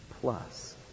Plus